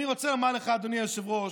אדוני היושב-ראש,